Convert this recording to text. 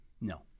No